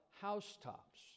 housetops